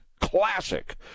classic